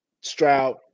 Stroud